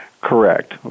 Correct